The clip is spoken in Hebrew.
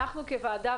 כוועדה,